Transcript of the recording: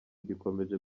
gikomeje